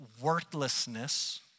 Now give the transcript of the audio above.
worthlessness